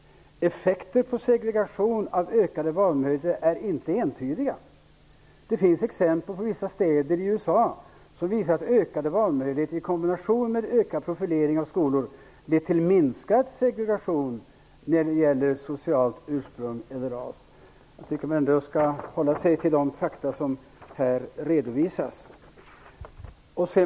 Effekter på segregation av ökade valmöjligheter är entydiga. Det finns exempel på vissa städer i USA som visar att ökade valmöjligheter i kombination med ökad profilering av skolor leder till minskad segregation när det gäller socialt ursprung eller ras. Jag tycker att man skall hålla sig till de fakta som här redovisas.